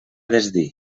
desdir